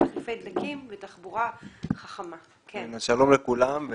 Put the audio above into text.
שלום לכולם.